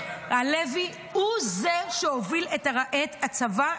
הלוי הוא זה שהוביל את הצבא,